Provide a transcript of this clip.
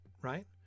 right